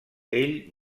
ell